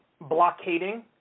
blockading